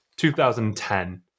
2010